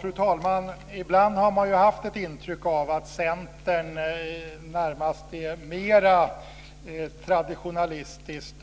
Fru talman! Ibland har man haft ett intryck av att Centern närmast är mera traditionalistiskt